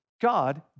God